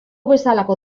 bezalako